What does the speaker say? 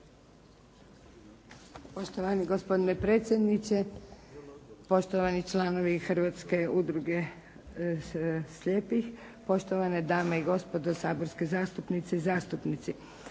Poštovani gospodine predsjedniče, poštovani članovi Hrvatske udruge slijepih, poštovane dame i gospodo saborske zastupnice i zastupnici.